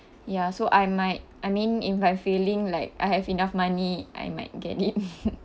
ya so I might I mean if I'm feeling like I have enough money I might get it